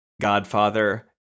Godfather